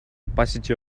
opacity